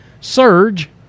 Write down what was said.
surge